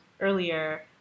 earlier